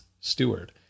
steward